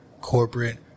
corporate